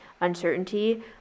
uncertainty